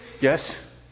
Yes